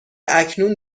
اکنون